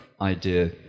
idea